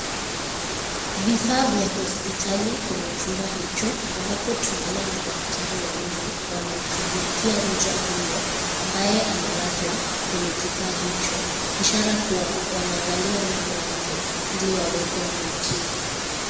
Vifaa vya hospitali kwenye chumba hicho ampabo tunaona madaktari wawili wanamshughulikia mja huyo ambaye amelazwa kwenye kifaa hicho ishara kuwa wanaangalia meno yake ili waweze kumtibu.